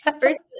first